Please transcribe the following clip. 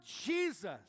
Jesus